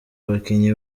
abakinnyi